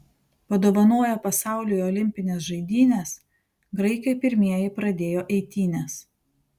padovanoję pasauliui olimpines žaidynes graikai pirmieji pradėjo eitynes